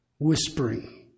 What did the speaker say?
Whispering